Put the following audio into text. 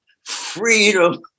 freedom